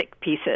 pieces